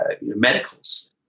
medicals